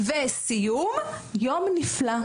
סיום: "יום נפלא".